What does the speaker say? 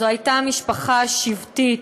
"זאת הייתה משפחה שבטית,